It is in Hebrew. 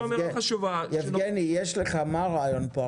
יבגני, מה הרעיון פה?